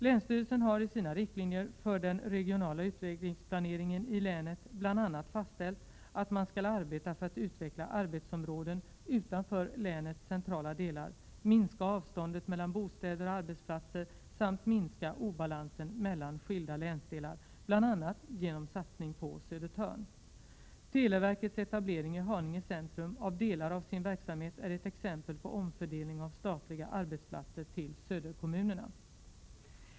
Länsstyrelsen har i sina riktlinjer för den regionala utvecklingsplaneringen i länet bl.a. fastställt att man skall arbeta för att utveckla arbetsområden utanför länets centrala delar, minska avståndet mellan bostäder och arbetsplatser samt minska obalansen mellan skilda länsdelar, bl.a. genom satsning på Södertörn. Televerkets etablering i Haninge centrum av delar av sin verksamhet är ett exempel på omfördelning av statliga arbetsplatser i söderkommunerna.